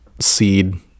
seed